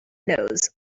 knows